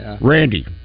Randy